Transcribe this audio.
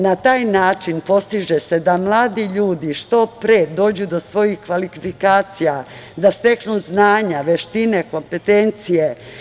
Na taj način se postiže da mladi ljudi što pre dođu do svojih kvalifikacija, da steknu znanja, veštine, kompetencije.